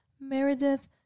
Meredith